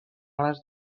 les